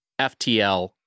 FTL